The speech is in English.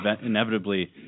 inevitably